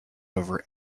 over